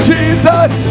Jesus